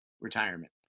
retirement